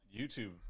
YouTube